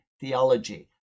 theology